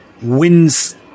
wins